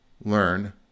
learn